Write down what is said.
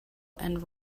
and